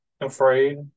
afraid